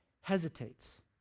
hesitates